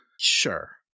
Sure